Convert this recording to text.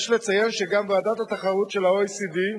יש לציין שגם ועדת התחרות של ה-OECD,